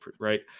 right